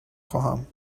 خواهم